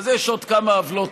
אז יש עוד כמה עוולות.